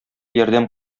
ярдәм